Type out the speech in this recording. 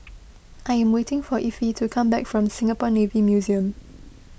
I am waiting for Effie to come back from Singapore Navy Museum